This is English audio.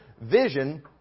vision